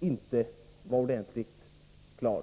inte var ordentligt klar.